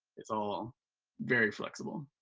it's all very flexible.